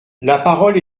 parole